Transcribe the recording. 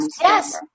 Yes